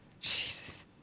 Jesus